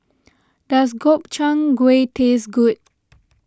does Gobchang Gui taste good